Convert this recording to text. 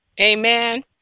Amen